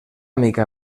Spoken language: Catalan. mica